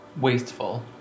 Wasteful